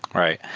right.